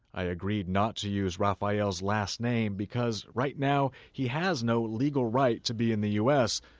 i agreed not to use rafael's last name, because right now, he has no legal right to be in the u s,